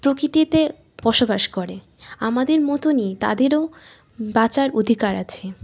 প্রকৃতিতে বসবাস করে আমাদের মতনই তাদেরও বাঁচার অধিকার আছে